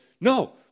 no